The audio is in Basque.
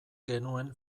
genuen